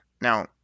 Now